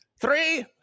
three